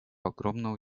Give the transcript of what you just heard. огромного